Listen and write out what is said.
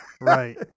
Right